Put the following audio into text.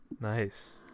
nice